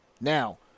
Now